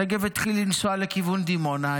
שגב התחיל לנסוע לכיוון דימונה,